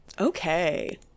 Okay